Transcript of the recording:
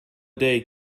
day